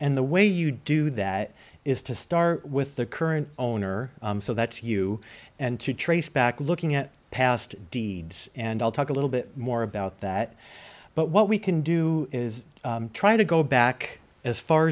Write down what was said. and the way you do that is to start with the current owner so that's you and to trace back looking at past deeds and i'll talk a little bit more about that but what we can do is try to go back as far